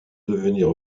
devenir